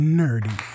nerdy